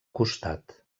costat